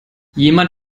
jemand